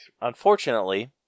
Unfortunately